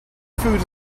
food